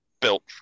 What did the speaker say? built